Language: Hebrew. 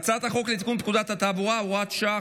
הצעת חוק לתיקון פקודת התעבורה (הוראת שעה,